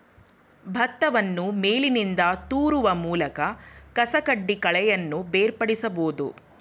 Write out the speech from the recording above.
ಭತ್ತವನ್ನು ಮೇಲಿನಿಂದ ತೂರುವ ಮೂಲಕ ಕಸಕಡ್ಡಿ ಕಳೆಯನ್ನು ಬೇರ್ಪಡಿಸಬೋದು